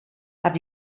have